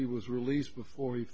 he was released before